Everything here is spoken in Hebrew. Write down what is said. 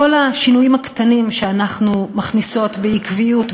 כל השינויים הקטנים שאנחנו מכניסות בעקביות,